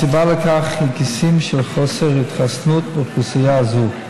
הסיבה לכך היא כיסים של חוסר התחסנות באוכלוסייה הזו.